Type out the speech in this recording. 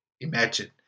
imagine